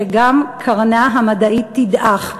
שגם קרנה המדעית תדעך.